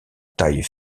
taille